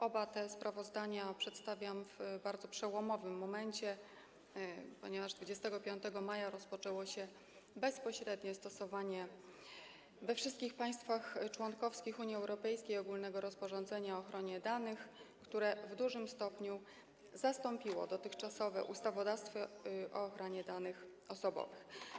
Oba te sprawozdania przedstawiam w bardzo przełomowym momencie, ponieważ 25 maja rozpoczęło się bezpośrednie stosowanie we wszystkich państwach członkowskich Unii Europejskiej ogólnego rozporządzenia o ochronie danych, które w dużym stopniu zastąpiło dotychczasowe ustawodawstwo o ochronie danych osobowych.